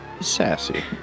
Sassy